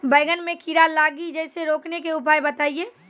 बैंगन मे कीड़ा लागि जैसे रोकने के उपाय बताइए?